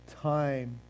time